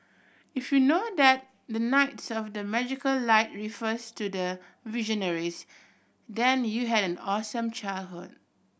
if you know that the knights of the magical light refers to the Visionaries then you had an awesome childhood